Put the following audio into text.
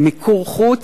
למיקור חוץ,